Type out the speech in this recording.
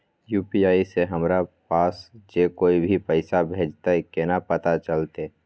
UPI से हमरा पास जे कोय भी पैसा भेजतय केना पता चलते?